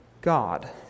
God